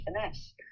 finesse